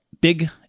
big